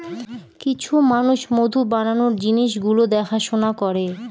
কিছু মানুষ মধু বানানোর জিনিস গুলো দেখাশোনা করে